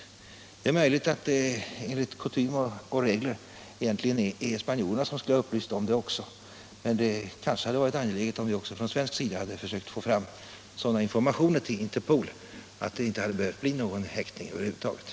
Det är möjligt att det enligt kutym och gällande regler egentligen är spanjorerna som borde ha upplyst om förhållandet, men det hade kanske också varit bra om vi från svensk sida hade lämnat sådana informationer till Interpol att det inte behövt bli någon häktning över huvud taget.